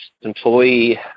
employee